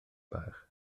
bach